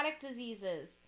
diseases